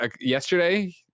yesterday